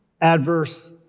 adverse